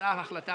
יצאה החלטה,